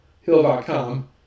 hill.com